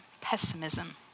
Pessimism